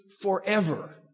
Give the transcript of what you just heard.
forever